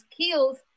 skills